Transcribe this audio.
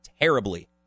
terribly